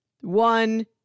one